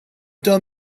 done